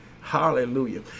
Hallelujah